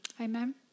Amen